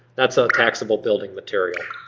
that's a taxable building material.